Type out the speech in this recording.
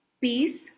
peace